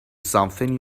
something